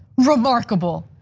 remarkable,